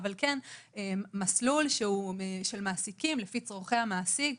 אבל כן מסלול של מעסיקים לפי צורכי המעסיק.